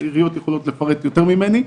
רגע,